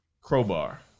crowbar